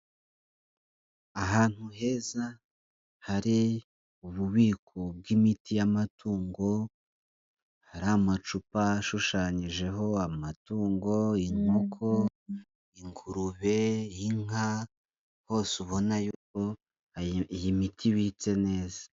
Ahantu heza hari ububiko bw'imiti y'amatungo, hari amacupa ashushanyijeho amatungo inkoko, ingurube, inka rwose ubona ko iyi miti ibitse neza.